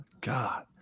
God